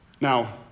Now